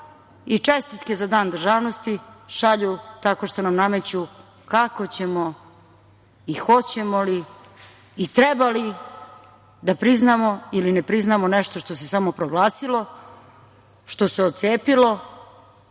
i čestitke za Dan državnosti šalju tako što nam nameću kako ćemo i hoćemo li i treba li da priznamo ili ne priznamo nešto što se samoproglasilo, što se otcepilo,